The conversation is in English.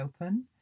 open